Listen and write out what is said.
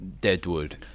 deadwood